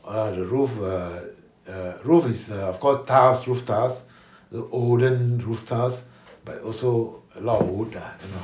uh the roof uh the roof is of course tiles roof tiles wooden roof tiles but also a lot of wood lah you know